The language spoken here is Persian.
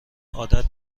عادت